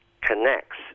connects